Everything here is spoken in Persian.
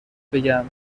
بگم